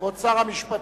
כבוד שר המשפטים,